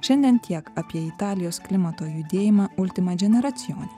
šiandien tiek apie italijos klimato judėjimą ultimadžineracijone